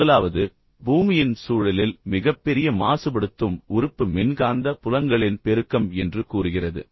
முதலாவது பூமியின் சூழலில் மிகப்பெரிய மாசுபடுத்தும் உறுப்பு மின்காந்த புலங்களின் பெருக்கம் என்று கூறுகிறது